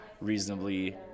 reasonably